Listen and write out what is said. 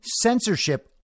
censorship